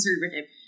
conservative